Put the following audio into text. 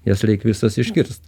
jas reik visas išgirst